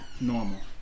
normal